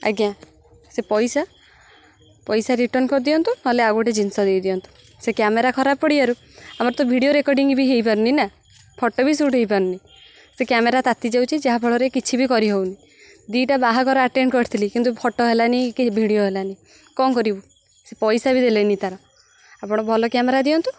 ଆଜ୍ଞା ସେ ପଇସା ପଇସା ରିଟର୍ଣ୍ଣ କରିଦିଅନ୍ତୁ ନହେଲେ ଆଉ ଗୋଟେ ଜିନିଷ ଦେଇଦିଅନ୍ତୁ ସେ କ୍ୟାମେରା ଖରାପ ପଡ଼ିିବାରୁ ଆମର ତ ଭିଡ଼ିଓ ରେକଡ଼ିଙ୍ଗ ବି ହେଇପାରୁନି ନା ଫଟୋ ବି ସୁଟ ହେଇପାରୁନି ସେ କ୍ୟାମେରା ତାତି ଯାଉଛି ଯାହାଫଳରେ କିଛି ବି କରିହଉନି ଦୁଇଟା ବାହାଘର ଆଟେଣ୍ଡ କରିଥିଲି କିନ୍ତୁ ଫଟୋ ହେଲାନି କି ଭିଡ଼ିଓ ହେଲାନି କ'ଣ କରିବୁ ସେ ପଇସା ବି ଦେଲେନି ତା'ର ଆପଣ ଭଲ କ୍ୟାମେରା ଦିଅନ୍ତୁ